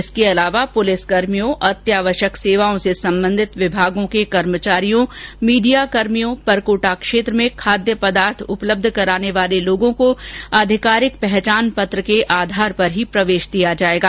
इसके अलावा अत्यावश्यक सेवाओं से संबंधित विभागों के कर्मचारियों मीडियाकर्मियों परकोटा क्षेत्र में खाद्य पदार्थ उपलब्ध कराने वाले लोगों को आधिकारिक पहचान पत्र के आधार पर ही प्रवेश दिया जाएगा